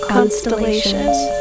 constellations